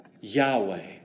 Yahweh